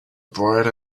bright